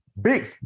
Big